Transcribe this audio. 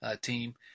team